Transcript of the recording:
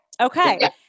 Okay